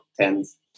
tens